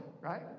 right